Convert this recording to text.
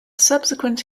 subsequent